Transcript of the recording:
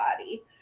body